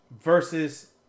versus